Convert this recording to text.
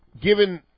given